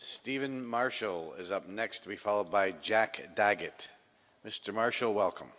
steven marshall is up next to be followed by jack daggett mr marshall welcome